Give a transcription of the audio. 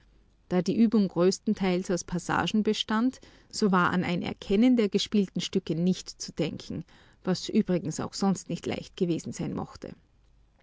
da die übung größtenteils aus passagen bestand so war an ein erkennen der gespielten stücke nicht zu denken was übrigens auch sonst nicht leicht gewesen sein möchte